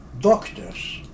doctors